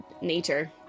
nature